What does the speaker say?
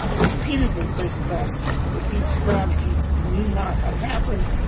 repeatedly, they stressed that these strategies need not have happened.